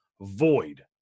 void